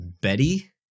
Betty